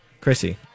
Chrissy